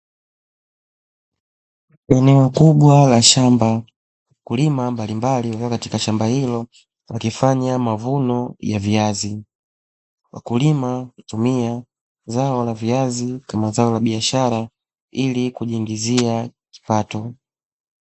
Eneo kubwa la shamba, wakulima mbalimbali wakiwa katika shamba hilo wakifanya mavuno ya viazi. Wakulima hutumia zao la viazi kama zao la biashara ili kujiiingizia kipato.